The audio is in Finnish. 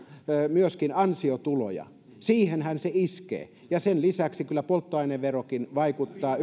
myöskin ansiotuloja heihinhän se iskee sen lisäksi kyllä polttoaineverokin vaikuttaa